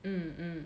mm mm